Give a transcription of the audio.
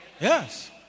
Yes